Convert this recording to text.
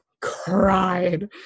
cried